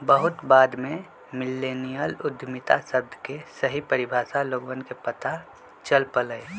बहुत बाद में मिल्लेनियल उद्यमिता शब्द के सही परिभाषा लोगवन के पता चल पईलय